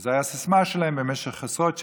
זו הייתה סיסמה שלהם במשך עשרות שנים: